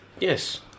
Yes